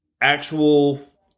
actual